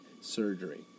surgery